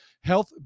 health